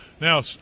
now